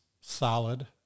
solid